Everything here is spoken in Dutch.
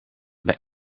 bij